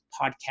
podcast